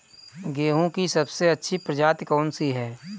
गेहूँ की सबसे अच्छी प्रजाति कौन सी है?